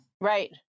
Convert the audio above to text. Right